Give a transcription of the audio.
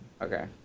okay